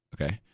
Okay